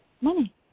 money